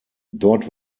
dort